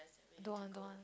don't want don't want